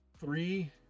three